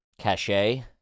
cachet